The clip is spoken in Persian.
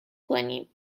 کنیم